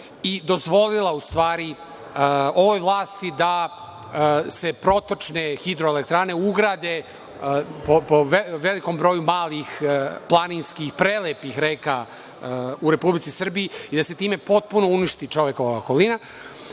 dozvolila u stvari ovoj vlasti da se protočne hidroelektrane ugrade po velikom broju malih planinskih prelepih reka u Republici Srbiji i da se time potpuno uništi čovekova okolina.